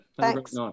Thanks